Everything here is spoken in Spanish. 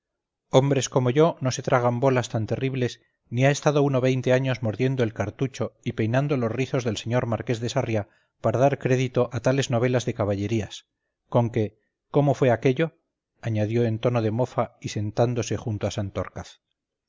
hombres como yo no se tragan bolas tan terribles ni ha estado uno veinte años mordiendo el cartucho y peinando los rizos del señor marqués de sarriá para dar crédito a tales novelas de caballerías conque cómo fue aquello añadió en tono de mofa y sentándose junto a